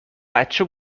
بچه